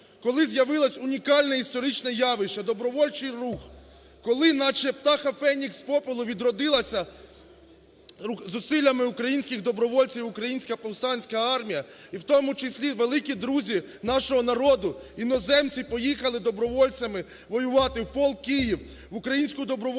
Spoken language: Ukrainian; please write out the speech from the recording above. коли з'явилось унікальне історичне явище – добровольчий рух, коли, наче птаха Фенікс, з попелу відродилася зусиллями українських добровольців Українська повстанська армія, і в тому числі великі друзі нашого народу, іноземці, поїхали добровольцями воювати в полк "Київ", в Українську добровольчу